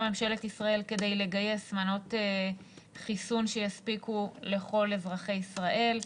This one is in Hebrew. ממשלת ישראל כדי לגייס מנות חיסון שיספיקו לכל אזרחי ישראל.